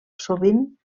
sovint